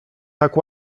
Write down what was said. tak